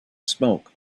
smoke